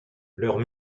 leurs